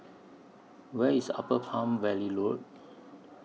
Where IS Upper Palm Valley Road